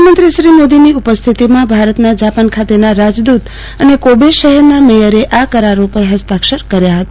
પ્રધાનમંત્રીશ્રી મોદીની ઉપસ્થિતિમાં ભારતના જાપાન ખાતેના રાજદૃત અને કોબે શહેરના મેયરે આ કરારો પર ફસ્તાક્ષર કર્યા ફતા